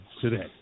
today